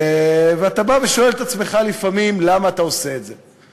ואתה בא ושואל את עצמך לפעמים למה אתה עושה את זה,